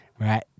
right